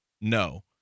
No